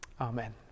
Amen